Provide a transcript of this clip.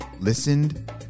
listened